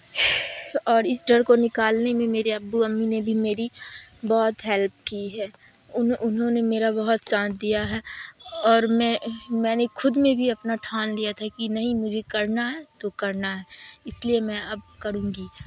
اور اس ڈر کو نکالنے میں میرے ابو امی نے بھی میری بہت ہیلپ کی ہے انہوں نے میرا بہت سانت دیا ہے اور میں میں نے خود میں بھی اپنا ٹھان لیا تھا کہ نہیں مجھے کرنا ہے تو کرنا ہے اس لیے میں اب کروں گی